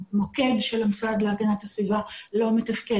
המוקד של המשרד להגנת הסביבה לא מתפקד.